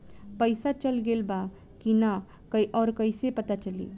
पइसा चल गेलऽ बा कि न और कइसे पता चलि?